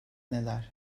neler